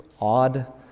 odd